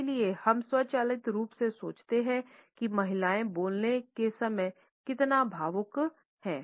इसलिए हम स्वचालित रूप से सोचते हैं कि महिलाएं बोलने के समय कितना भावुक हैं